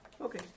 Okay